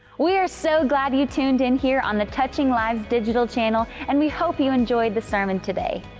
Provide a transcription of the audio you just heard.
we are so glad you tuned in here on the touching lives digital channel, and we hope you enjoyed the sermon today.